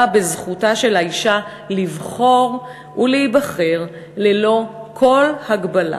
בזכותה של האישה לבחור ולהיבחר ללא כל הגבלה.